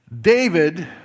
David